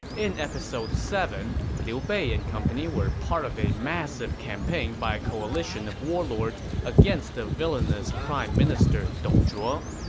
in episode seven, liu bei and company were part of a massive campaign by a coalition of warlords against the villainous prime minister dong zhuo.